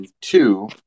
two